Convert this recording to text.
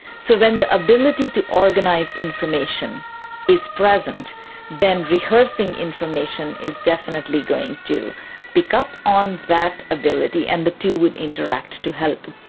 so when the ability to organise information is present then rehearsing information is definitely going to pick up on that ability and the two would interact to help.